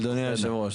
אדוני יושב הראש.